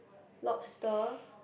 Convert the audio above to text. lobster